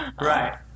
right